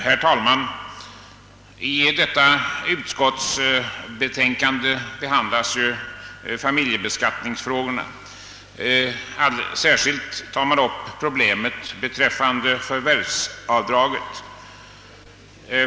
Herr talman! I förevarande utskottsbetänkande behandlas familjebeskattningsfrågorna och främst problemet om förvärvsavdraget.